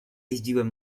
jeździłem